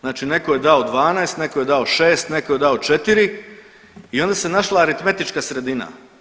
Znači netko je dao 12, netko je dao 6, netko je dao 4 i onda se našla aritmetička sredina.